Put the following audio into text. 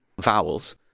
Vowels